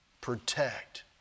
protect